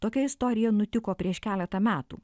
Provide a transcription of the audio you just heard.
tokia istorija nutiko prieš keletą metų